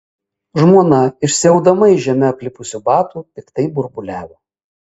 žmona išsiaudama iš žeme aplipusių batų piktai burbuliavo